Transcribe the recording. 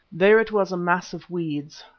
there it was a mass of weeds,